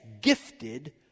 gifted